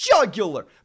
Jugular